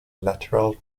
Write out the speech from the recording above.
lateral